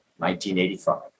1985